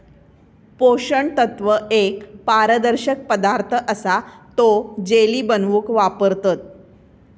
पोषण तत्व एक पारदर्शक पदार्थ असा तो जेली बनवूक वापरतत